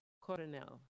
Coronel